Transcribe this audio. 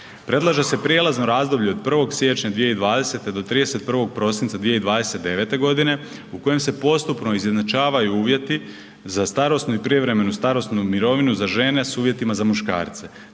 Predlaže se prijelazno razdoblje od 1. siječnja 2020. do 31. prosinca 2029.g. u kojem se postupno izjednačavaju uvjeti za starosnu i prijevremenu starosnu mirovinu za žene s uvjetima za muškarce